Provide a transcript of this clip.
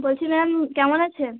বলছি ম্যাম কেমন আছেন